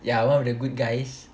yeah one of the good guys